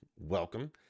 Welcome